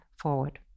forward